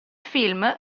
film